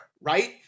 right